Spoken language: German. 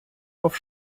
auf